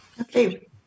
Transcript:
Okay